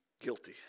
guilty